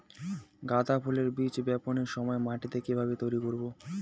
গাদা ফুলের বীজ বপনের সময় মাটিকে কিভাবে তৈরি করব?